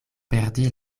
perdi